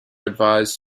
advised